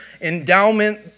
endowment